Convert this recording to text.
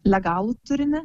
legalų turinį